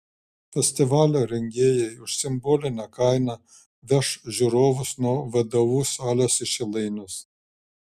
festivalio rengėjai už simbolinę kainą veš žiūrovus nuo vdu salės į šilainius